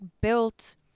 built